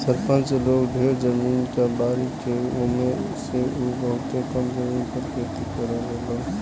सरपंच लगे ढेरे जमीन बा बाकिर उ ओमे में से बहुते कम जमीन पर खेती करावेलन